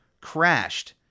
crashed